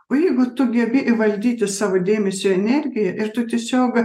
o jeigu tu gebi įvaldyti savo dėmesio energiją ir tu tiesiog